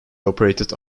operated